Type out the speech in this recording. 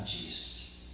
Jesus